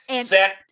Set